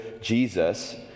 Jesus